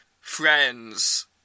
friends